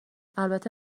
البته